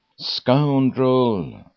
scoundrel